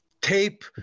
tape